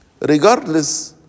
regardless